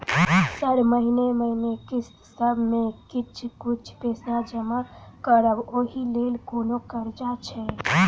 Sir महीने महीने किस्तसभ मे किछ कुछ पैसा जमा करब ओई लेल कोनो कर्जा छैय?